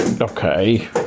Okay